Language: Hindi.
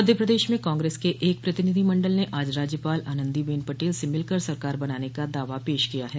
मध्य प्रदेश में कांग्रेस के एक प्रतिनिधि मंडल ने आज राज्यपाल आनन्दीबेन पटेल से मिलकर सरकार बनाने का दावा पेश किया है